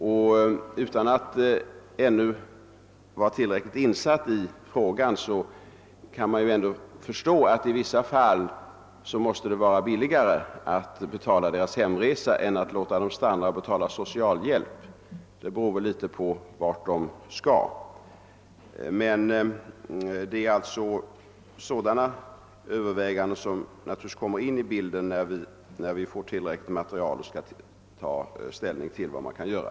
Trots att jag ännu inte är tillräckligt insatt i denna fråga är det ändå uppenbart att det åtminstone i vissa fall måste vara billigare att betala dessa människors hemresa än att låta dem stanna här och betala ut socialhjälp. Det beror givetvis också i viss mån på vart vederbörande skall resa. Det är sådana överväganden som kommer in i bilden när vi efter att ha fått in tillräckligt material skall ta ställning till vad vi kan göra.